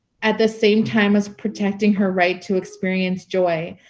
at the same time as protecting her right to experience joy?